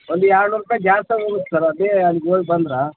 ಒಂದು ಎರಡ್ನೂರು ರೂಪಾಯಿ ಗ್ಯಾಸ್ ತಗೊಬೋದು ಸರ್ ಅದೇ ಅಲ್ಲಿಗೆ ಹೋಗ್ ಬಂದ್ರ